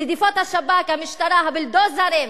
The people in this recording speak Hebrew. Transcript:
רדיפות השב"כ, המשטרה, הבולדוזרים,